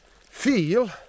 feel—